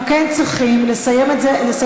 אז צריך לפנות ליושב-ראש הכנסת.